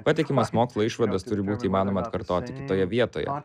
patikimas mokslo išvadas turi būti įmanoma atkartoti kitoje vietoje